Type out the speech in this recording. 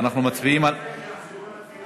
שיחזרו על,